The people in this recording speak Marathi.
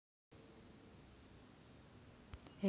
एखाद्याचे शेअर सर्टिफिकेट हरवल्यास काय करावे?